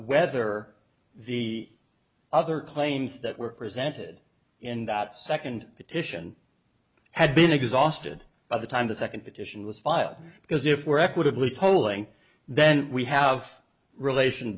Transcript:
whether the other claims that were presented in that second petition had been exhausted by the time the second petition was filed because if we're equitably polling then we have relation